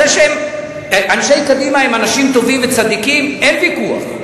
זה שאנשי קדימה הם אנשים טובים וצדיקים אין ויכוח.